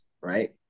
right